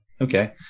Okay